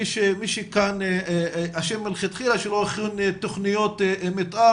מי שכאן אשם מלכתחילה שלא הכין תכניות מתאר,